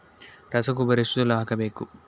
ರಸಗೊಬ್ಬರ ಎಷ್ಟು ಸಲ ಹಾಕಬೇಕು?